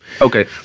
Okay